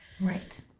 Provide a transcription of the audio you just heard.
Right